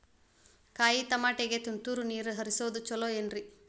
ಕಾಯಿತಮಾಟಿಗ ತುಂತುರ್ ನೇರ್ ಹರಿಸೋದು ಛಲೋ ಏನ್ರಿ?